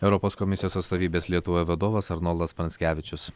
europos komisijos atstovybės lietuvoje vadovas arnoldas pranckevičius